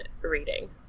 reading